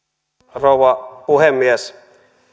rouva puhemies